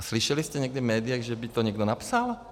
A slyšeli jste někdy média, že by to někdo napsal?